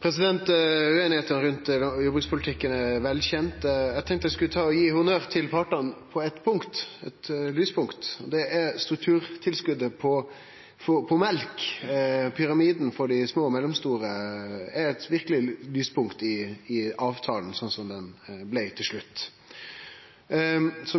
det. Ueinigheita rundt jordbrukspolitikken er velkjend. Eg tenkte eg skulle gi honnør til partane på eitt punkt – eit lyspunkt – og det gjeld strukturtilskotet på mjølk. Pyramiden for dei små og mellomstore er eit verkeleg lyspunkt i avtalen slik som han blei til slutt.